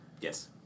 Yes